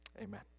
Amen